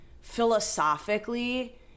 philosophically